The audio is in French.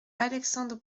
alexandre